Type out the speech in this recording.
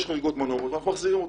יש חריגות מהנורמות ואנחנו מחזירים אותם.